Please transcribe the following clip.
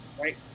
right